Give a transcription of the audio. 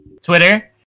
Twitter